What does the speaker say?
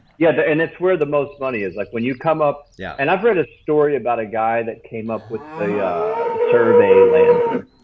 yeah and and it's where the most money is, like when you come up. yeah and i've read a story about a guy that came up with the the survey lander.